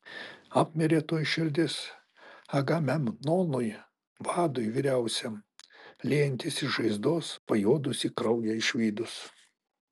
apmirė tuoj širdis agamemnonui vadui vyriausiam liejantis iš žaizdos pajuodusį kraują išvydus